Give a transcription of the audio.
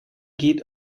geht